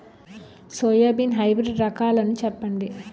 Soybean hybrid రకాలను చెప్పండి?